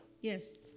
Yes